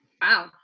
Wow